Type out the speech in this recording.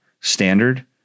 standard